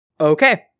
Okay